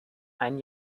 ein